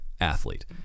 athlete